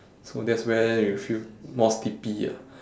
so that's where you feel more sleepy ah